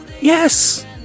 Yes